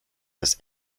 des